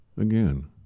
Again